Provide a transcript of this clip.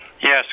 Yes